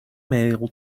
male